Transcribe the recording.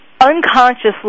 unconsciously